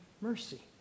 mercy